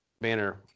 Banner